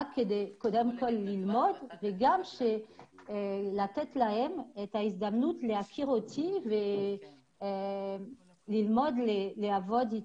רק כדי ללמוד וגם לתת להם את ההזדמנות להכיר אותי וללמוד לעבוד אתי.